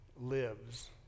lives